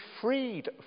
freed